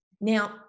Now